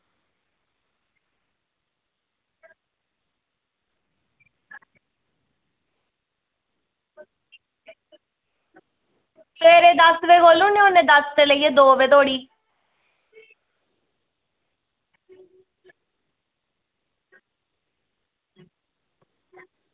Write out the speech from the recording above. सबेरै दस्स बजे खोह्ल्ली ओड़ने होन्ने सबेरै दस्स बजे कोला दो बजे धोड़ी